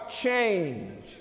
change